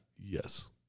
Yes